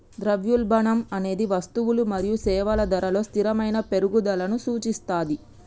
ద్రవ్యోల్బణం అనేది వస్తువులు మరియు సేవల ధరలలో స్థిరమైన పెరుగుదలను సూచిస్తది